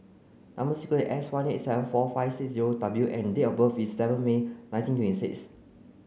number sequence is S one eight seven four five six zero W and date of birth is seven May nineteen twenty six